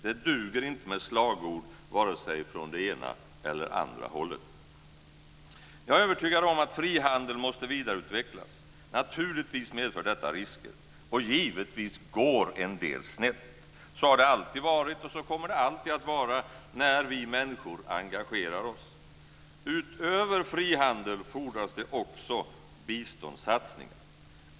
Det duger inte med slagord vare sig från det ena eller från det andra hållet. Jag är övertygad om att frihandeln måste vidareutvecklas. Naturligtvis medför detta risker, och givetvis går en del snett. Så har det alltid varit, och så kommer det alltid att vara, när vi människor engagerar oss. Utöver frihandel fordras det också biståndssatsningar.